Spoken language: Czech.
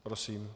Prosím.